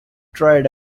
tried